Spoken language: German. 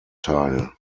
teil